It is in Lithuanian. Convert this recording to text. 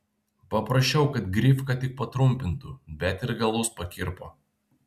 paprašiau kad grifką tik patrumpintų bet ir galus pakirpo